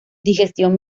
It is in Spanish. digestión